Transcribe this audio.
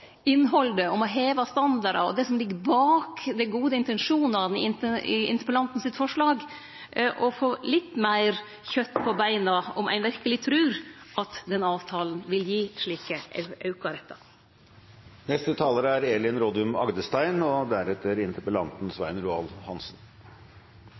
om å heve standardar og det som ligg bak dei gode intensjonane i forslaget til interpellanten, å få litt meir kjøt på beina om ein verkeleg trur at denne avtalen vil gi slike